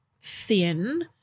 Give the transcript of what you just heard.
thin